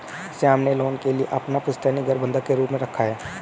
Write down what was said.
श्याम ने लोन के लिए अपना पुश्तैनी घर बंधक के रूप में रखा